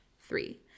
Three